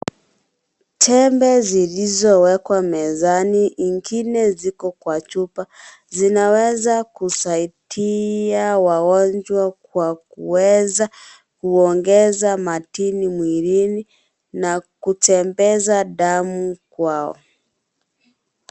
Tembe zilizowekwa mezani ingine ziko Kwa chupa zinaweza kusaidia wagonjwa Kwa kuweza kuongeza matiba mwilini na kutembeza damu Kwao.